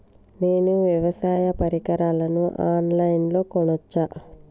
నేను వ్యవసాయ పరికరాలను ఆన్ లైన్ లో కొనచ్చా?